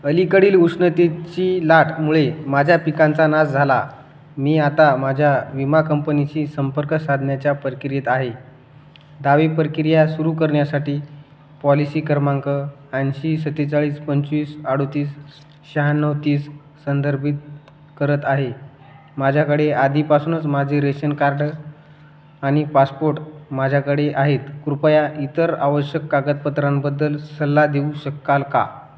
अलीकडील उष्णतेची लाटमुळे माझ्या पिकांचा नाश झाला मी आता माझ्या विमा कंपनीची संपर्क साधण्याच्या पर्किरित आहे दावे प्रक्रिया सुरू करण्यासाठी पॉलिसी क्रमांक ऐंशी सत्तेचाळीस पंचवीस अडतीस शहाण्णव तीस संदर्भित करत आहे माझ्याकडे आधीपासूनच माझे रेशन कार्ड आणि पासपोर्ट माझ्याकडे आहेत कृपया इतर आवश्यक कागदपत्रांबद्दल सल्ला देऊ शकाल का